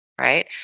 right